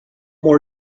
more